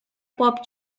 pop